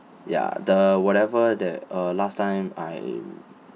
ya the whatever the uh last time I